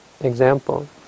example